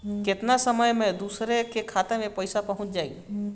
केतना समय मं दूसरे के खाता मे पईसा पहुंच जाई?